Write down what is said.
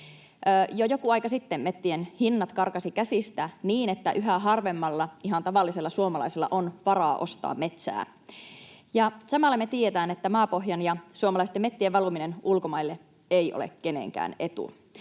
Jo joku aika sitten metsien hinnat karkasivat käsistä niin, että yhä harvemmalla ihan tavallisella suomalaisella on varaa ostaa metsää. Ja samalla me tiedetään, että maapohjan ja suomalaisten metsien valuminen ulkomaille ei ole kenenkään etu.